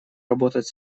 работать